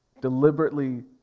deliberately